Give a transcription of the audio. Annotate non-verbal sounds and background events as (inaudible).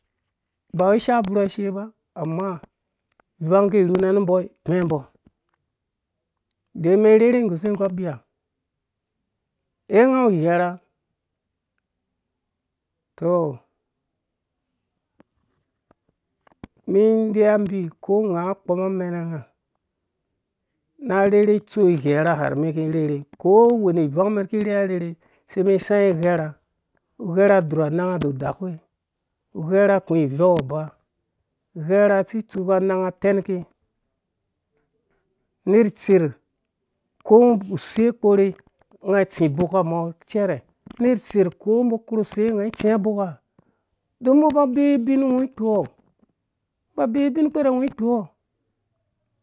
Ba wei ishaa bvurha isha ba amma ivang ki rhyna nu mbɔ kpɛmbɔ de mɛn rherhengguse nga abia (unintelligible) tɔ mi deiu mbi ko nga a kpɔm amɛnanga na rherhe isto igharhe harhe mi kirherhe ko whene ivang men ki rherha rherhe se mɛn isai verha verha adzu ananga dudakua uverha ku ivɛu ba verha asi tsuka ananga tenke nerh tserh ko use korhe nga asti uboknga umɔ cɛrɛ nerh tser ko mbɔ korhu se nga tsinga uboka don mbɔ ba bee ubin ungo kpowɔ ba bee binkpɛrɛ ngo ikpouɔ